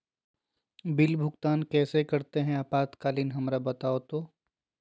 Bill भुगतान कैसे करते हैं आपातकालीन हमरा बताओ तो?